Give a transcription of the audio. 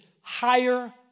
higher